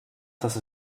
dass